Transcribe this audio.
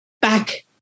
back